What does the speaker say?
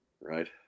Right